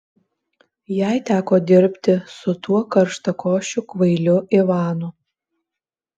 jai teko dirbti su tuo karštakošiu kvailiu ivanu